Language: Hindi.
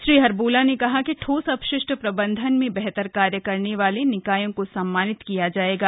श्री हर्बोला ने कहा कि ठोस अपशिष्ट प्रबंधन में बेहतर कार्य करने वाले निकायों को सम्मानित किया जाएगा